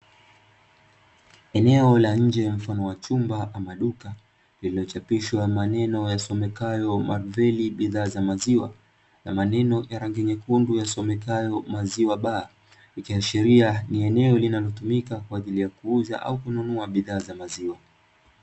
Eneo la nje mfano wa chumba ama duka limechapishwa maneno yasomekayo "MARVEL BIDHAA ZA MAZIWA" na maneno mekundu yasomekayo MAZIWA BAA, ikiashiria ni eneo linalotumika kuuza au kununua bidhaa za maziwa.